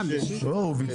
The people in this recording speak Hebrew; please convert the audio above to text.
הישיבה נעולה.